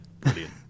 brilliant